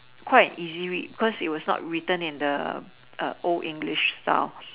quite easy read because it was not written in the err old English style